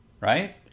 right